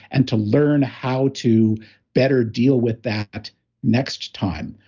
and to learn how to better deal with that next time,